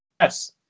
yes